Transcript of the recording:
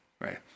right